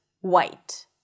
white